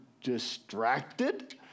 distracted